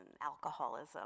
alcoholism